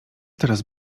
teraz